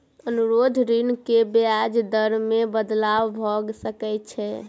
अनुरोध ऋण के ब्याज दर मे बदलाव भ सकै छै